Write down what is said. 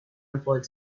employed